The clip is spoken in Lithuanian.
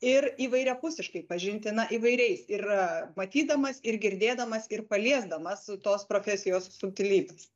ir įvairiapusiškai pažinti na įvairiai ir matydamas ir girdėdamas ir paliesdamas tos profesijos subtilybės